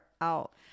out